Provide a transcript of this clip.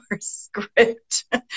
script